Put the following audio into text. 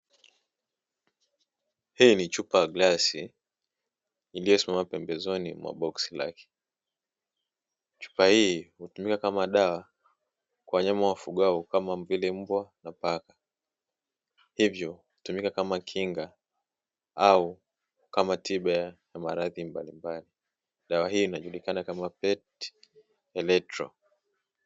Hii ni chupa ya glasi iliyosimama pembezoni mwa boksi lake, chupa hii hutumika kama dawa kwa wanyama wafugwao kama vile; mbwa na paka, hivyo hutumika kama kinga au kama tiba ya maradhi mbalimbali, dawa hii inajulikana kama feti electro.